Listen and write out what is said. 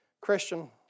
Christian